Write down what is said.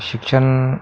शिक्षण